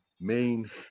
main